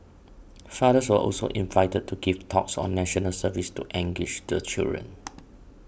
fathers were also invited to give talks on National Service to engage the children